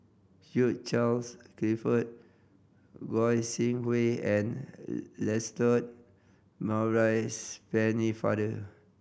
Hugh Charles Clifford Goi Seng Hui and Lancelot Maurice Pennefather